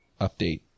update